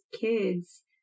kids